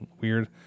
weird